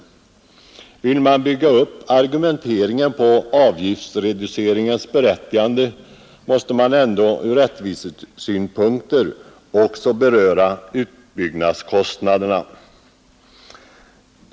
Vill man bygga upp argumenteringen på avgiftsreduceringens berättigande måste man ändå ur rättvisesynpunkter också beröra utbyggnadskostnaderna.